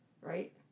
right